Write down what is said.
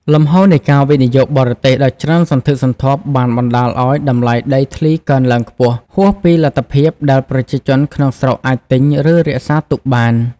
លំហូរនៃការវិនិយោគបរទេសដ៏ច្រើនសន្ធឹកសន្ធាប់បានបណ្ដាលឲ្យ តម្លៃដីធ្លីកើនឡើងខ្ពស់ ហួសពីលទ្ធភាពដែលប្រជាជនក្នុងស្រុកអាចទិញ ឬរក្សាទុកបាន។